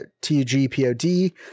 T-U-G-P-O-D